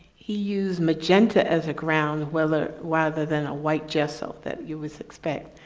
he used magenta as a ground weather rather than a white gesso that you would expect.